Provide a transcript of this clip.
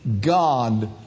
God